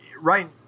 right